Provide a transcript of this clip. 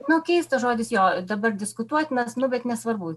nu keistas žodis jo dabar diskutuotinas nu bet nesvarbu